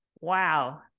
Wow